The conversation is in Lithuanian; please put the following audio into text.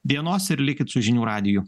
dienos ir likit su žinių radiju